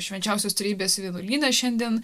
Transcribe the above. švenčiausios trejybės vienuolyne šiandien